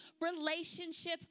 relationship